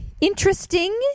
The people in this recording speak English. interesting